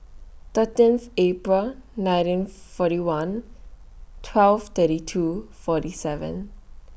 thirteenth April nineteen forty one twelve thirty two forty seven